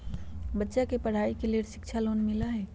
बच्चा के पढ़ाई के लेर शिक्षा लोन मिलहई?